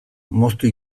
moztu